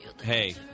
Hey